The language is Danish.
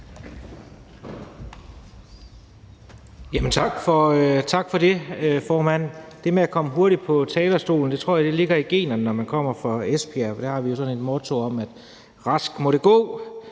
Tak for det, formand. Det med at komme hurtigt op på talerstolen tror jeg ligger i generne, når man kommer fra Esbjerg, for der har vi sådan et motto om, at rask må det gå,